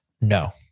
no